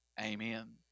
Amen